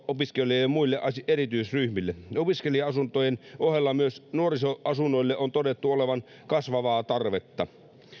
opiskelijoille ja muille erityisryhmille opiskelija asuntojen ohella myös nuorisoasunnoille on todettu olevan kasvavaa tarvetta